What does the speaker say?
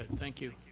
and thank you.